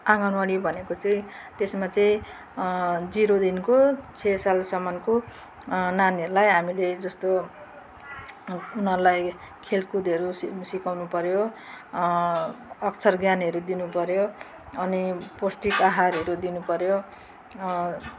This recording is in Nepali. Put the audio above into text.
आँगनबाडी भनेको चाहिँ त्यसमा चाहिँ जिरोदेखिको छे सालसम्मको नानीहरूलाई हामीले जस्तो उनीहरूलाई खेलकुदहरू सि सिकाउनु पऱ्यो अक्षर ज्ञानहरू दिनुपऱ्यो अनि पौष्टिक आहारहरू दिनुपऱ्यो